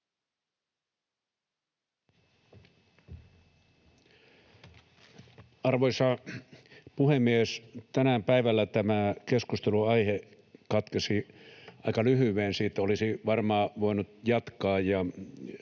Arvoisa puhemies! Tänään päivällä tämä keskusteluaihe katkesi aika lyhyeen. Sitä olisi varmaan voinut jatkaa.